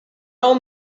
all